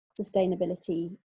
sustainability